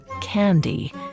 candy